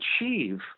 achieve